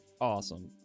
Awesome